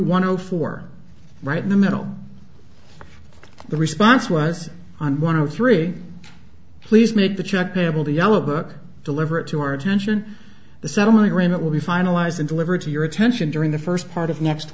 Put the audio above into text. we're right in the middle of the response was on one of three please make the check payable to yellow book deliver it to our attention the settlement agreement will be finalized and delivered to your attention during the first part of next